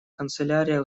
канцелярия